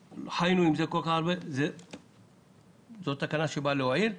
חיינו עם זה כל כך הרבה שנים זאת תקנה שבאה להועיל אבל,